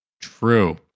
true